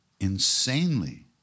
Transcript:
insanely